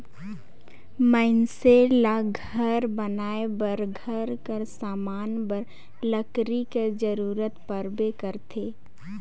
मइनसे ल घर बनाए बर, घर कर समान बर लकरी कर जरूरत परबे करथे